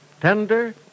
Tender